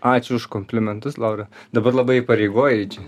ačiū už komplimentus laura dabar labai įpareigojai čia